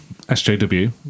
SJW